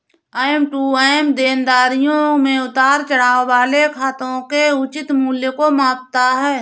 M to M देनदारियों में उतार चढ़ाव वाले खातों के उचित मूल्य को मापता है